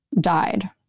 died